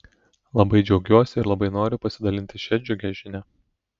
labai džiaugiuosi ir labai noriu pasidalinti šia džiugia žinia